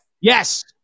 Yes